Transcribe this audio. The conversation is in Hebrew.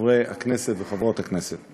חברי הכנסת וחברות הכנסת,